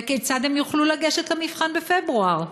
וכיצד הם יוכלו לגשת למבחן בפברואר?